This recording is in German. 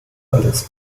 alles